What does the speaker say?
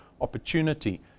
opportunity